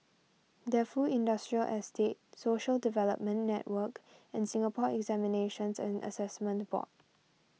Defu Industrial Estate Social Development Network and Singapore Examinations and Assessment Board